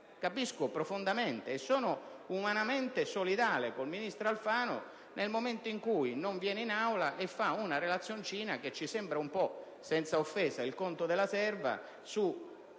ministro Alfano, e sono umanamente solidale con lui nel momento in cui non viene in Aula e fa una relazioncina che ci sembra un po' - senza offesa - il conto della serva su